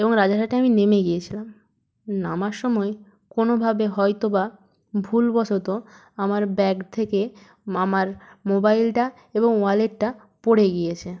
এবং রাজারহাটে আমি নেমে গিয়েছিলাম নামার সময় কোনোভাবে হয়তো বা ভুলবশত আমার ব্যাগ থেকে আমার মোবাইলটা এবং ওয়ালেটটা পড়ে গিয়েছে